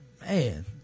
Man